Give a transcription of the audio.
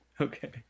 Okay